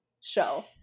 show